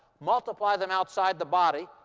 multiply them outside the body,